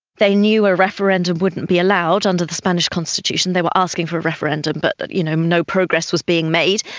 they knew a referendum wouldn't be allowed under the spanish constitution, they were asking for a referendum but you know no progress was being made.